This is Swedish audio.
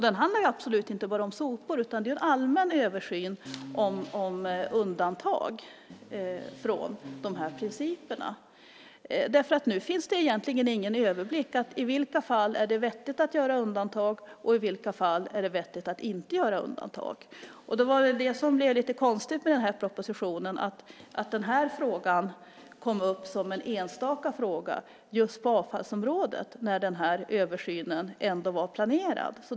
Den handlar absolut inte bara om sopor, utan det är en allmän översyn om undantag från de här principerna. Nu finns det egentligen ingen överblick. I vilka fall är det vettigt att göra undantag, och i vilka fall är det vettigt att inte göra undantag? Det som blev lite konstigt med den här propositionen var att den här frågan kom upp som en enstaka fråga, just på avfallsområdet, när den här översynen ändå var planerad.